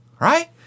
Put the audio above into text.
right